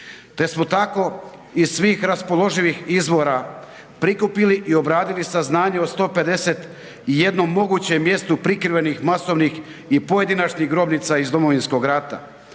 te smo tako iz svih raspoloživih izvora prikupili i obradili saznanja o 151 mogućem mjestu prikrivenih masovnih i pojedinačnih grobnica iz Domovinskog rata.